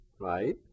right